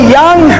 young